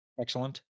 Excellent